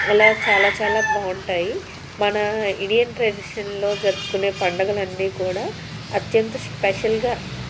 అలా చాలా చాలా బాగుంటాయి మన ఇండియన్ ట్రెడిషన్లో జరుపుకునే పండుగలు అన్నీ కూడా అత్యంత స్పెషల్గా